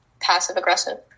passive-aggressive